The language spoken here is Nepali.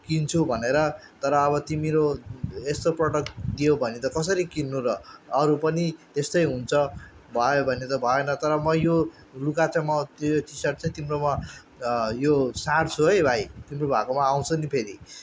किन्छु भनेर तर अब तिमीहरू यस्तो प्रडक्ट दियौ भने त कसरी किन्नु र अरू पनि त्यस्तै हुन्छ भयो भने त भएन तर म यो लुगा चाहिँ म त्यो टी सर्ट चाहिँ तिम्रोमा यो साट्छु है भाइ तिम्रो भएकोमा आउँछु नि फेरि